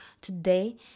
today